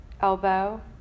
elbow